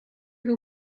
who